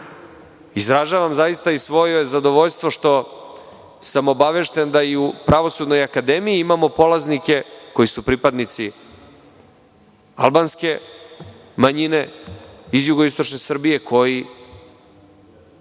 Preševa. Izražavam zaista i svoje zadovoljstvo što sam obavešten da i u pravosudnoj akademiji imamo polaznike koji su pripadnici albanske manjine iz jugoistične Srbije koji